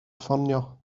ffonio